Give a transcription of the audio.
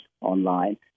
online